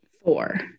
Four